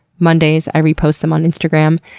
mondays i repost them on instagram.